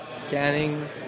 Scanning